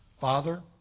father